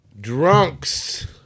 Drunks